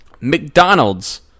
McDonald's